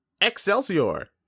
Excelsior